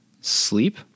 sleep